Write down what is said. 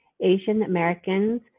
Asian-Americans